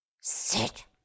Sit